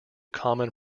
common